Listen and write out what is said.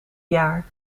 jaar